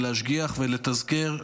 להשגיח ולתזכר,